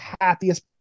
happiest